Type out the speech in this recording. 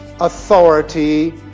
authority